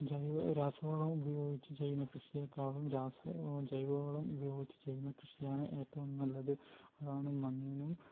ജൈവ രാസവളം ഉപയോഗിച്ച് ചെയ്യുന്ന കൃഷിയെക്കാളും രാസ ജൈവവളം ഉപയോഗിച്ച് ചെയ്യുന്ന കൃഷിയാണ് ഏറ്റവും നല്ലത് അതാണ് മണ്ണിനും